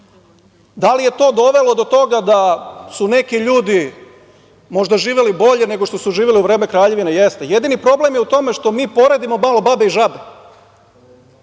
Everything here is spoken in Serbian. Da li je to dovelo do toga da su neki ljudi možda živeli bolje nego što su živeli u vreme kraljevine? Jeste. Jedini problem je u tome što mi malo poredimo babe i žabe.